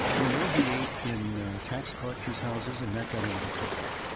we know he ate in tax collectors' houses, and that got him into trouble.